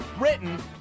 written